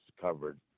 covered